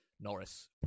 Norris